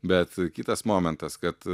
bet kitas momentas kad